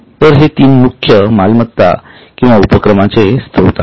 तर हे तीन मुख्य मालमत्ता किंवा उपक्रमांचे स्त्रोत आहेत